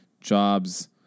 jobs